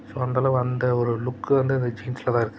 so அந்தளவு அந்த ஒரு லுக் வந்து இந்த ஜீன்ஸில் தான் இருக்குது